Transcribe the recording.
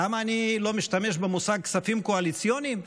למה אני לא משתמש במושג "כספים קואליציוניים"?